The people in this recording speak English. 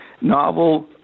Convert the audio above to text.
Novel